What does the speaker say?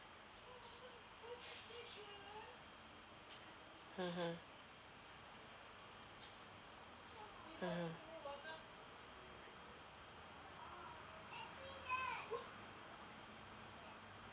mmhmm mmhmm